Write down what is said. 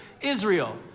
Israel